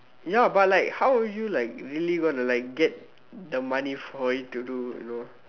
ya but like how would you like really gonna like get the money for you to do you know